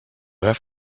have